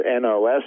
NOS